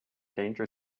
danger